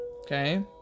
Okay